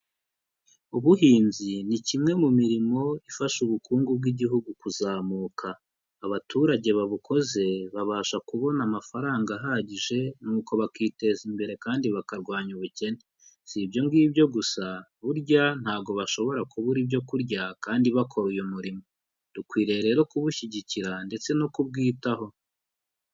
Ubuhinzi ni kimwe mu mirimo ifasha ubukungu bw'igihugu kuzamuka. Abaturage babukoze babasha kubona amafaranga ahagije, nuko bakiteza imbere kandi bakarwanya ubukene. Si ibyo ngibyo gusa, burya ntabwo bashobora kubura ibyo kurya kandi bakora uyu murimo. Dukwiriye rero kuwushyigikira ndetse no kubwitaho.